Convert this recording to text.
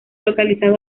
localizado